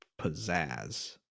pizzazz